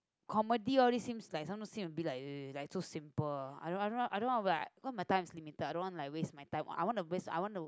comedy all these seems like sometimes seems a bit like ugh like so simple i don't w~ i don't wann~ cause my time is limited I don't want like waste my time I want to waste I want to